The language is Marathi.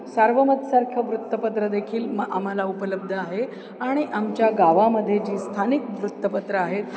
सार्वमतसारखं वृत्तपत्र देखील म आम्हाला उपलब्ध आहे आणि आमच्या गावामध्ये जी स्थानिक वृत्तपत्रं आहेत